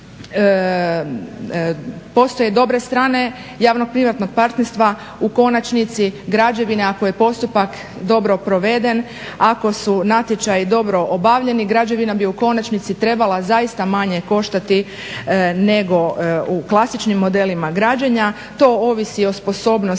postoje dobre strane javno-privatnog partnerstva, u konačnici građevina ako je postupak dobro proveden, ako su natječaji dobro obavljeni građevina bi u konačnici trebala zaista manje koštati nego u klasičnim modelima građenja to ovisi o sposobnosti